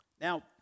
Now